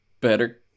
better